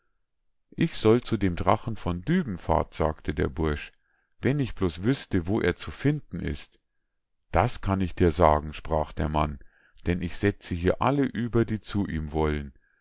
ich soll zu dem drachen von dübenfahrt sagte der bursch wenn ich bloß wüßte wo er zu finden ist das kann ich dir sagen sprach der mann denn ich setze hier alle über die zu ihm wollen